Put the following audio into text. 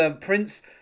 Prince